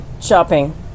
Shopping